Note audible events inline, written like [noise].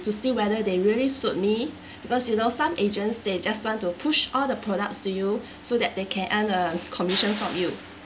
to see whether they really suit me [breath] because you know some agents they just want to push all the products to you so that they can earn uh commission from you